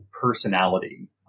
personality